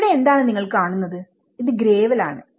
ഇവിടെ എന്താണ് നിങ്ങൾ കാണുന്നത്ഇത് ഗ്രേവൽ ആണ്